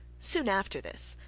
soon after this,